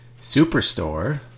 Superstore